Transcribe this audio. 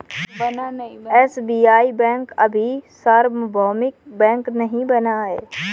SBI bank अभी सार्वभौमिक bank नहीं बना है